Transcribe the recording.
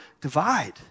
divide